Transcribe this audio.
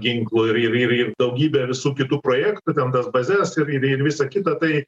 ginklų ir ir ir ir daugybę visų kitų projektų ten tas bazes ir ir ir visa kita tai